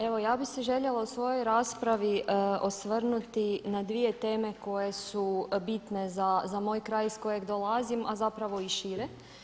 Evo ja bih se željela u svojoj raspravi osvrnuti na dvije teme koje su bitne za moj kraj iz kojeg dolazim, a zapravo i šire.